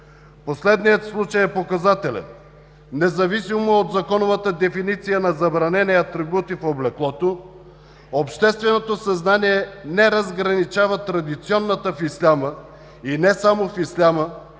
Последният случай е показателен. Независимо от законовата дефиниция на забранени атрибути в облеклото, общественото съзнание не разграничава традиционната в исляма и не само в исляма